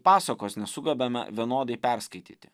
pasakos nesugebame vienodai perskaityti